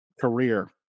career